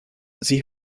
sie